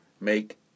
make